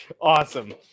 awesome